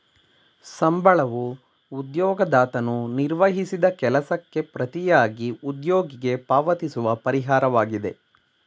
ಸಂಬಳವೂ ಉದ್ಯೋಗದಾತನು ನಿರ್ವಹಿಸಿದ ಕೆಲಸಕ್ಕೆ ಪ್ರತಿಯಾಗಿ ಉದ್ಯೋಗಿಗೆ ಪಾವತಿಸುವ ಪರಿಹಾರವಾಗಿದೆ